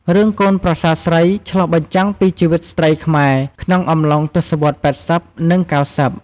រឿងកូនប្រសាស្រី ឆ្លុះបញ្ចាំងពីជីវិតស្រ្តីខ្មែរ ក្នុងអំឡុងទស្សវត្សរ៍ ៨០ និង៩០។